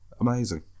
Amazing